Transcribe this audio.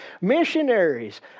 Missionaries